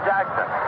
Jackson